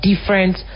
different